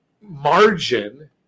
margin